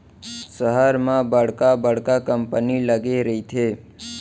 सहर म बड़का बड़का कंपनी लगे रहिथे